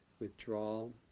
withdrawal